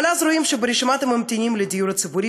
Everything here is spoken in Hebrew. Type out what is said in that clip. אבל אז רואים שברשימת הממתינים לדיור ציבורי